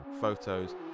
photos